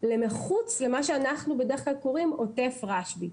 מחוץ למה שאנחנו בדרך כלל קוראים עוטף רשב"י.